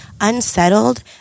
unsettled